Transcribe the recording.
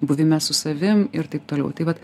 buvime su savim ir taip toliau tai vat